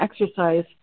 exercise